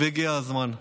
והגיע הזמן.